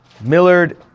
Millard